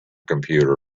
computer